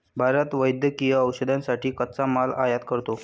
भारत वैद्यकीय औषधांसाठी कच्चा माल आयात करतो